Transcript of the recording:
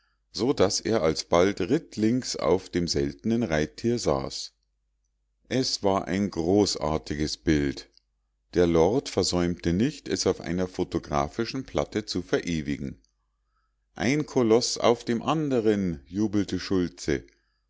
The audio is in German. auszuspreizen sodaß er alsbald rittlings auf dem seltenen reittier saß es war ein großartiges bild der lord versäumte nicht es auf einer photographischen platte zu verewigen ein koloß auf dem andern jubelte schultze